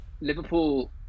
Liverpool